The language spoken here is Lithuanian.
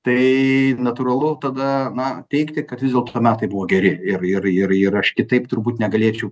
tai natūralu tada na teigti kad vis dėlto metai buvo geri ir ir ir ir aš kitaip turbūt negalėčiau